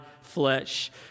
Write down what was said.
flesh